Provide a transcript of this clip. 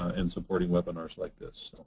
and supporting webinars like this.